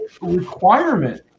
requirement